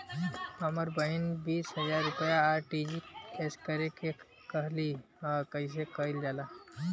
हमर बहिन बीस हजार रुपया आर.टी.जी.एस करे के कहली ह कईसे कईल जाला?